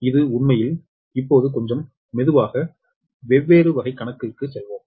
இது உண்மையில் இப்போது கொஞ்சம் மெதுவாக வெவ்வேறு வகை கணக்குக்கு செல்வோம்